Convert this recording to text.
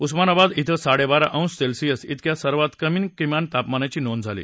उस्मानाबाद कि साडेबारा अंश सेल्सिअस तिक्या सर्वात कमी किमान तापमानाची नोंद झाली